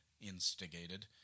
instigated